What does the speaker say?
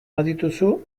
badituzu